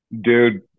dude